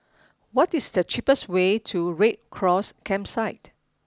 what is the cheapest way to Red Cross Campsite